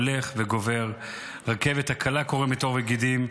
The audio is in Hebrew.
הולך וגובר, הרכבת הקלה קורמת עור וגידים.